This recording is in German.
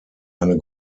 eine